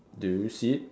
do you see it